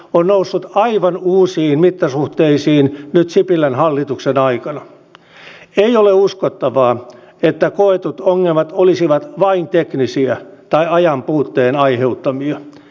on tärkeätä että tätä harmaan talouden vastaista toimintaa edelleen jatketaan ja muistetaan että viime eduskuntakaudella työ ja tasa arvovaliokunta teki erilaisia toimenpiteitä harmaan talouden torjumiseksi